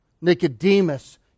Nicodemus